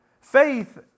Faith